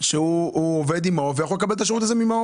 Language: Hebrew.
שהוא עובד עם מעוף והוא יכול לקבל את השירות הזה ממעוף.